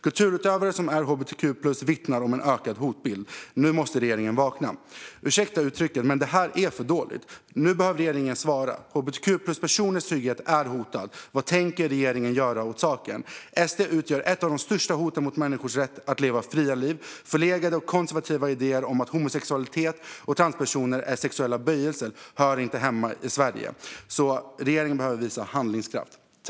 Kulturutövare som är hbtq-plus vittnar om en ökad hotbild. Nu måste regeringen vakna. Ursäkta uttrycket, men det här är för dåligt! Nu behöver regeringen svara. Hbtq-plus-personers trygghet är hotad. Vad tänker regeringen göra åt saken? Sverigedemokraterna utgör ett av de största hoten mot människors rätt att leva fria liv. Förlegade och konservativa idéer om att homosexualitet och transpersoner är sexuella avvikelser hör inte hemma i Sverige. Regeringen behöver visa handlingskraft.